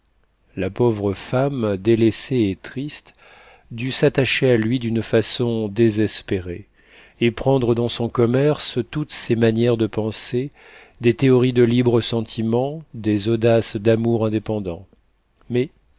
la pauvre femme délaissée et triste dut s'attacher à lui d'une façon désespérée et prendre dans son commerce toutes ses manières de penser des théories de libre sentiment des audaces d'amour indépendant mais